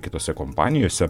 kitose kompanijose